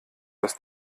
dass